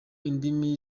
indimi